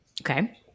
Okay